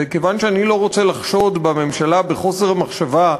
וכיוון שאני לא רוצה לחשוד בממשלה בחוסר מחשבה,